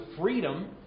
freedom